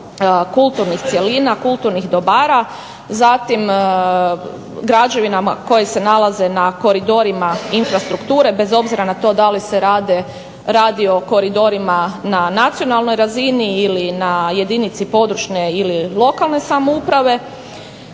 kulturnih cjelina, kulturnih dobara, zatim građevinama koje se nalaze na koridorima infrastrukture bez obzira na to da li se radi o koridorima na nacionalnoj razini ili na jedinici područne ili lokalne samouprave